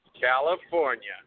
California